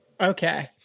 okay